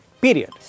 period